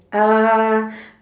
uh